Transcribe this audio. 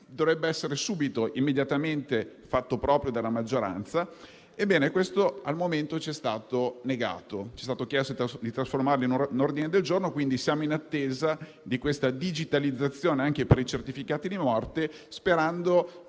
in un testo 2, e immediatamente fatto proprio dalla maggioranza. Ebbene, questo al momento ci è stato negato. Ci è stato chiesto di trasformarlo in un ordine del giorno e, quindi, siamo in attesa della digitalizzazione anche per i certificati di morte, sperando